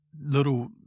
little